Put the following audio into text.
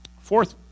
Fourth